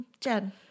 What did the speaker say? Jen